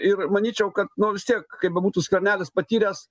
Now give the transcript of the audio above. ir manyčiau kad nu vis tiek kaip bebūtų skvernelis patyręs